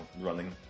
running